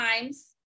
times